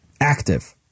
Active